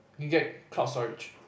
you can get cloud storage